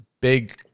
big